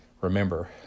Remember